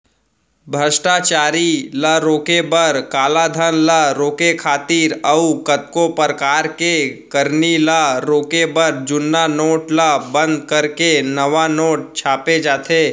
भस्टाचारी ल रोके बर, कालाधन ल रोके खातिर अउ कतको परकार के करनी ल रोके बर जुन्ना नोट ल बंद करके नवा नोट छापे जाथे